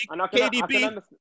KDB